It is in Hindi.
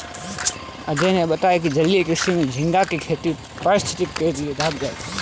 अजय ने बताया कि जलीय कृषि में झींगा की खेती पारिस्थितिकी के लिए लाभदायक है